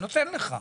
אני נותן לך.